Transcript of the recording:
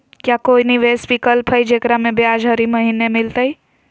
का कोई निवेस विकल्प हई, जेकरा में ब्याज हरी महीने मिलतई?